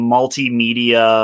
Multimedia